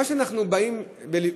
מה שאנחנו שואלים,